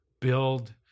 build